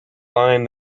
lying